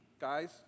guys